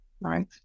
Right